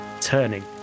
Turning